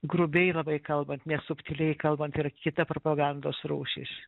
grubiai labai kalbant nesubtiliai kalbant yra kita propagandos rūšis